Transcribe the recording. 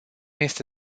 este